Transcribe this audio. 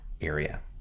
area